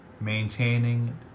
maintaining